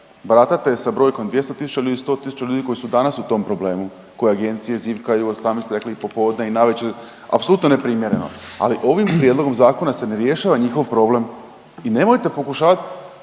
Baratate sa brojkom 200 tisuća ljudi, 100 tisuća ljudi koji su danas u tom problemu koje agencije zivkaju i popodne i navečer, apsolutno neprimjereno, ali ovim prijedlogom zakona se ne rješava njihov problem i nemojte pokušavat